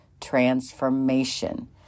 transformation